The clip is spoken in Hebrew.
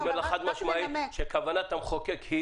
אני אומר לך חד-משמעית שכוונת המחוקק היא